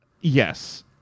Yes